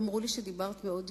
אמרו לי שדיברת מאוד יפה,